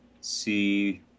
see